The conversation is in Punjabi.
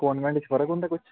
ਕੌਨਵੈਂਟ 'ਚ ਫਰਕ ਹੁੰਦਾ ਕੁਛ